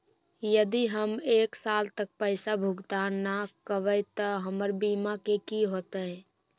यदि हम एक साल तक पैसा भुगतान न कवै त हमर बीमा के की होतै?